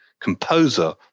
Composer